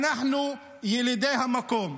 אנחנו ילידי המקום.